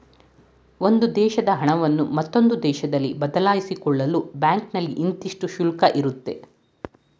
ಒಂದು ದೇಶದ ಹಣವನ್ನು ಮತ್ತೊಂದು ದೇಶದಲ್ಲಿ ಬದಲಾಯಿಸಿಕೊಳ್ಳಲು ಬ್ಯಾಂಕ್ನಲ್ಲಿ ಇಂತಿಷ್ಟು ಶುಲ್ಕ ಇರುತ್ತೆ